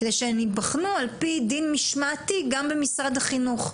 כדי שהן ייבחנו על פי דין משמעתי גם במשרד החינוך.